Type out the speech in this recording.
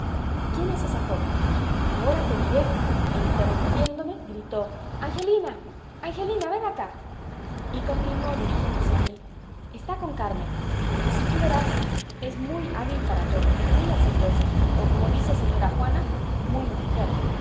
quién es esa joven ahora te diré e interrumpiéndome gritó angelina angelina ven acá y continuó dirigiéndose a mí está con carmen si tú vieras es muy hábil para todo muy hacendosa o como dice señora juana muy mujer